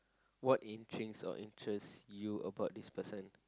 what intrigues or interests you about this person